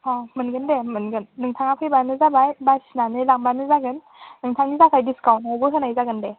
औ मोनगोन दे मोनगोन नोंथाङा फैब्लानो जाबाय बासिनानै लांब्लानो जागोन नोंथांनि थाखाय डिसकाउन्टआवबो होनाय जागोन दे